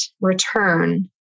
return